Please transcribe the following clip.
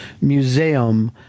museum